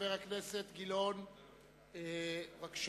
חבר הכנסת גילאון, בבקשה.